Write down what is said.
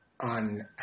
on